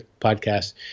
podcast